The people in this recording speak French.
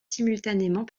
simultanément